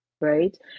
right